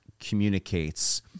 communicates